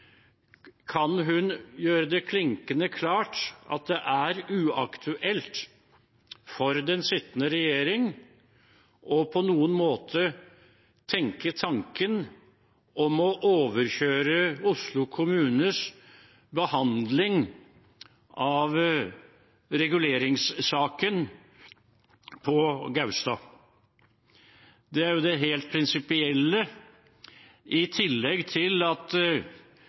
Kan hun gjøre det klinkende klart at det er uaktuelt for den sittende regjering på noen måte å tenke tanken om å overkjøre Oslo kommunes behandling av reguleringssaken på Gaustad? Det er jo det helt prinsipielle. I tillegg er forhistorien slik, som hun og andre har nevnt, at